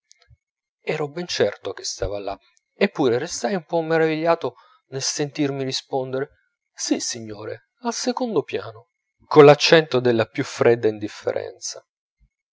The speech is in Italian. ero ben certo che stava là eppure restai un po meravigliato nel sentirmi rispondere si signore al secondo piano collaccento della più fredda indifferenza